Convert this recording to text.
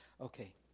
Okay